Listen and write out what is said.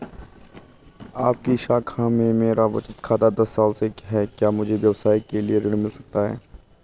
आपकी शाखा में मेरा बचत खाता दस साल से है क्या मुझे व्यवसाय के लिए ऋण मिल सकता है?